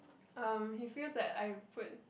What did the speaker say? um he feels that I put